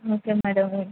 okay madam